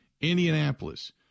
Indianapolis